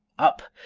up,